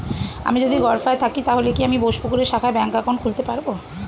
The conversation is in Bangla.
আমি যদি গরফায়ে থাকি তাহলে কি আমি বোসপুকুরের শাখায় ব্যঙ্ক একাউন্ট খুলতে পারবো?